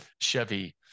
Chevy